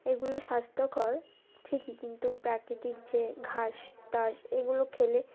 এগুলো স্বাস্থ্যকর ঠিকই কিন্তু প্রাকৃতিক যে ঘাস টাস এগুলো খেলে